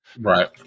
Right